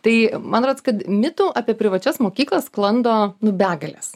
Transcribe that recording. tai man rods kad mitų apie privačias mokyklas sklando begalės